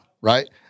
right